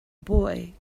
boy